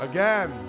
Again